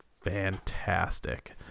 fantastic